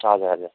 हजुर हजुर